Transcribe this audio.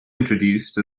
introduced